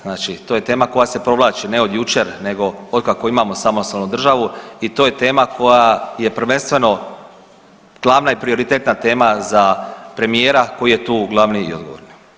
Znači to je tema koja se provlači, ne od jučer nego otkako imamo samostalnu državu i to je tema koja je prvenstveno glavna i prioritetna tema za premijera koji je tu glavni i odgovorni.